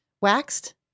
waxed